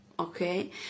Okay